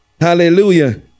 Hallelujah